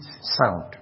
sound